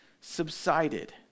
subsided